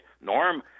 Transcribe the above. Norm